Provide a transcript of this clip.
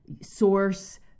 source